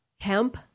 hemp